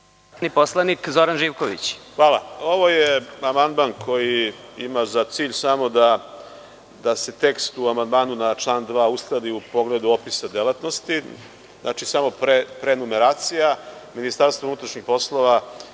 **Zoran Živković** Hvala. Ovo je amandman koji ima za cilj samo da se tekst u amandmanu na član 2. uskladi u pogledu opisa delatnosti, samo prenumeracija. Ministarstvo unutrašnjih poslova